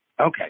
Okay